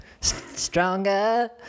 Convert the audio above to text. stronger